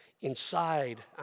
inside